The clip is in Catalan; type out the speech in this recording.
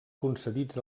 concedits